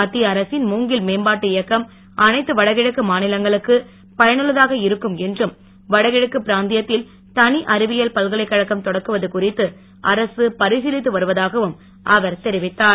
மத்திய அரசின் மூங்கில் மேம்பாட்டு இயக்கம் அனைத்து வடகிழக்கு மாநிலங்களுக்கு பயனுள்ளதாக இருக்கும் என்றும் வடகிழக்கு பிராந்தியத்தில் தனி அறிவியல் பல்கலைக்கழகம் தொடக்குவது குறித்து அரசு பரிசிலித்து வருவதாகவும் அவர் தெரிவித்தார்